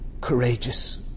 courageous